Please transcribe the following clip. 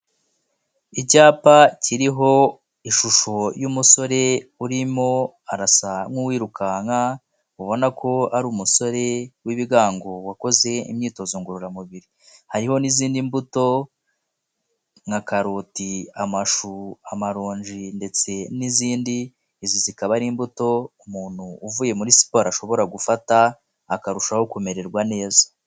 Icyapa kiriho ishusho y'umusore urimo arasa nk'uwirukanka ubona ko ari umusore w'ibigango wakoze imyitozo ngororamubiri, hariho n'izindi mbuto nka karoti, amashu, amaronji ndetse n'izindi, izi zikaba ari imbuto ku muntu uvuye muri siporo ashobora gufata akarushaho kumererwa neza.